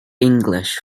english